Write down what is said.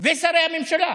ושרי הממשלה,